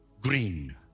Green